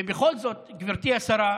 ובכל זאת, גברתי השרה,